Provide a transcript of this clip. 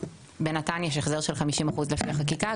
בנט"ן יש החזר של 50 אחוזים לפני חקיקה,